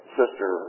sister